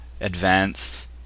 Advance